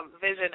vision